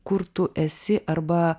kur tu esi arba